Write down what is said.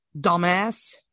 Dumbass